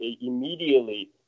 immediately